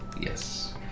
Yes